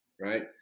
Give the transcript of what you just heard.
right